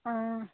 অঁ